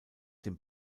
den